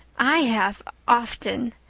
i have, often.